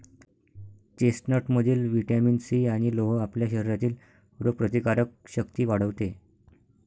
चेस्टनटमधील vitamin C आणि लोह आपल्या शरीरातील रोगप्रतिकारक शक्ती वाढवते